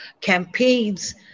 Campaigns